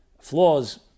flaws